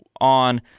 on